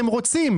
הם רוצים.